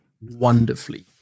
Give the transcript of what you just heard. wonderfully